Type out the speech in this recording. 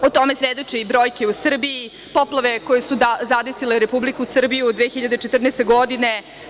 O tome svedoče i brojke u Srbiji, poplave koje su zadesile Republiku Srbiju 2014. godine.